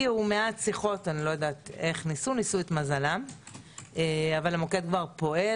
הגיעו מעט שיחות, ניסו את מזלם - אבל הוא פועל.